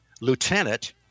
Lieutenant